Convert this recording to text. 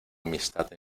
amistad